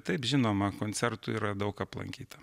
taip žinoma koncertų yra daug aplankyta